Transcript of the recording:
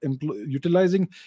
utilizing